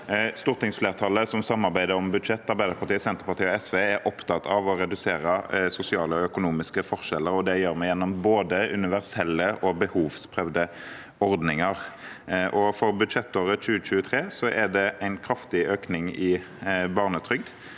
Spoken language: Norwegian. Stortingsflertallet som samarbeider om budsjett, Arbeiderpartiet, Senterpartiet og SV, er opptatt av å redusere sosiale og økonomiske forskjeller, og det gjør vi gjennom både universelle og behovsprøvde ordninger. For budsjettåret 2023 er det en kraftig økning i barnetrygd,